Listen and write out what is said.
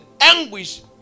Anguish